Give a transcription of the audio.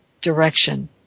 direction